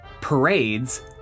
parades